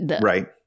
Right